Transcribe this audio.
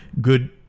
good